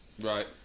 Right